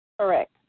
Correct